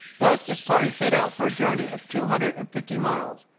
thus this party set out for a journey of two hundred and fifty miles,